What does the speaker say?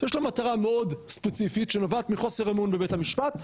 שיש לה מטרה מאוד ספציפית שנובעת מחוסר אמון בבית המשפט,